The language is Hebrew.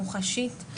מוחשית,